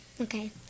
Okay